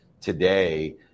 today